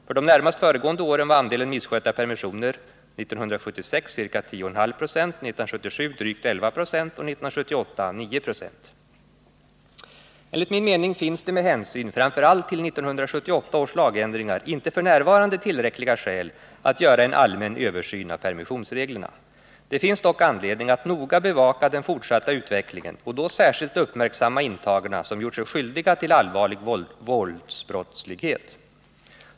För de närmast föregående åren var andelen misskötta permissioner 1976 ca 10,5 96, 1977 drygt 11 90 och 1978 9 9o. Enligt min mening finns det med hänsyn framför allt till 1978 års lagändringar inte f.n. tillräckliga skäl att göra en allmän översyn av permissionsreglerna. Det finns dock anledning att noga bevaka den fortsatta utvecklingen och då särskilt uppmärksamma intagna som gjort sig skyldiga till allvarlig våldsbrottslighet.